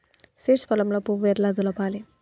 Seeds పొలంలో పువ్వు ఎట్లా దులపాలి?